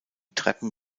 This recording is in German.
treppen